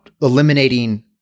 eliminating